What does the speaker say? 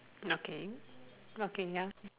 okay okay ya